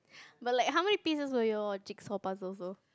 but like how many pieces were your jigsaw puzzle also